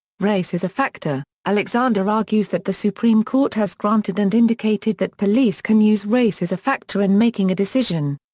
race as a factor alexander argues that the supreme court has granted and indicated that police can use race as a factor in making a decision.